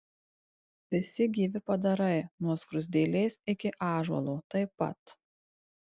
visi gyvi padarai nuo skruzdėlės iki ąžuolo taip pat